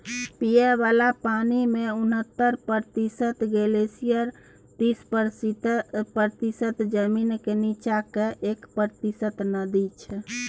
पीबय बला पानिमे उनहत्तर प्रतिशत ग्लेसियर तीस प्रतिशत जमीनक नीच्चाँ आ एक प्रतिशत नदी छै